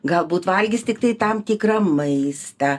galbūt valgys tiktai tam tikrą maistą